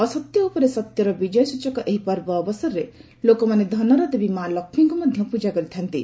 ଅସତ୍ୟ ଉପରେ ସତ୍ୟର ବିଜୟ ସ୍ୱଚକ ଏହି ପର୍ବ ଅବସରରେ ଲୋକମାନେ ଧନର ଦେବୀ ମା' ଲକ୍ଷ୍ମୀଙ୍କୁ ମଧ୍ୟ ପୂଜା କରିଥାନ୍ତି